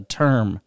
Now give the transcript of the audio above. term